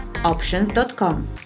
Options.com